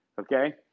okay